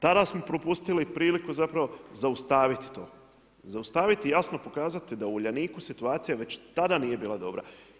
Tada smo propustili priliku zapravo zaustaviti to, zaustaviti, jasno pokazati da u Uljaniku situacija već tada nije bila dobra.